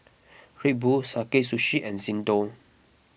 Red Bull Sakae Sushi and Xndo